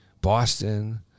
Boston